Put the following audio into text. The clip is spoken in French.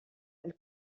elle